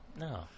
No